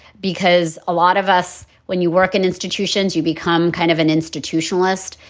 because a lot of us, when you work in institutions, you become kind of an institutionalist.